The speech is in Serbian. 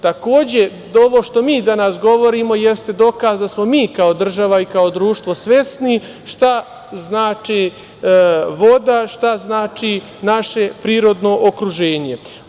Takođe, ovo što mi danas govorimo jeste dokaz da smo mi kao država i kao društvo svesni šta znači voda, šta znači naše prirodno okruženje.